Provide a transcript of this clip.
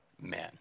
men